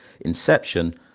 inception